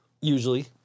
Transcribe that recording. Usually